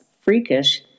freakish